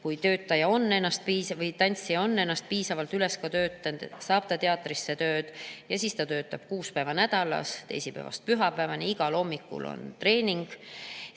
Kui tantsija on ennast piisavalt üles töötanud, saab ta teatris tööd ja siis ta töötab kuus päeva nädalas, teisipäevast pühapäevani. Igal hommikul on treening,